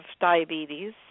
diabetes